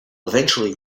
eventually